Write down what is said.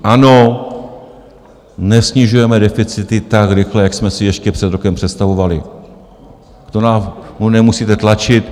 Ano, nesnižujeme deficity tak rychle, jak jsme si ještě před rokem představovali, to nám nemusíte tlačit.